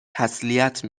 تسلیت